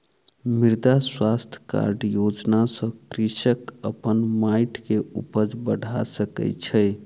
मृदा स्वास्थ्य कार्ड योजना सॅ कृषक अपन माइट के उपज बढ़ा सकै छै